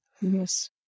Yes